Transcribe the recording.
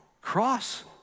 cross